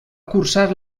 cursar